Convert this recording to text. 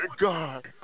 God